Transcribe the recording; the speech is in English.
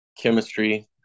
chemistry